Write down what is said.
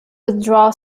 withdraw